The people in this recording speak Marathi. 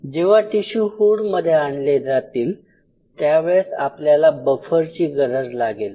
जेव्हा टिशू हुडमध्ये आणले जातील त्यावेळेस आपल्याला बफर ची गरज लागेल